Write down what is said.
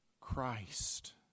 Christ